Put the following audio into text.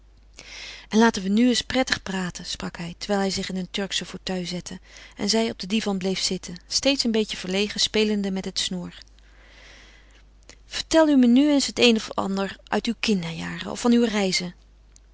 en laten we nu eens prettig praten sprak hij terwijl hij zich in een turksche fauteuil zette en zij op den divan zitten bleef steeds een beetje verlegen spelende met het snoer vertel u me nu eens het een of ander uit uw kinderjaren of van uwe reizen